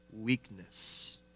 weakness